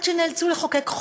עד שנאלצו לחוקק חוק,